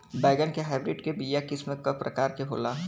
बैगन के हाइब्रिड के बीया किस्म क प्रकार के होला?